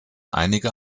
einige